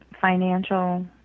financial